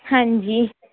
ਹਾਂਜੀ